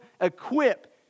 equip